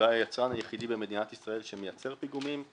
אולי היצרן היחידי במדינת ישראל שמייצר פיגומים,